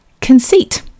conceit